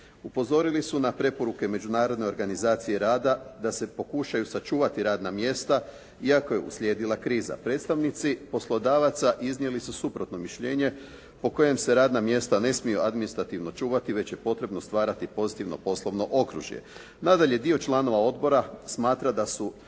Upozorili su na preporuke Međunarodne organizacije rada da se pokušaju sačuvati radna mjesta iako je uslijedila kriza. Predstavnici poslodavaca iznijeli su suprotno mišljenje po kojem se radna mjesta ne smiju administrativno čuvati već je potrebno stvarati pozitivno poslovno okružje. Nadalje, dio članova odbora smatra da su